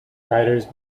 writers